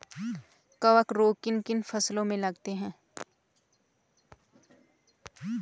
कवक रोग किन किन फसलों में लगते हैं?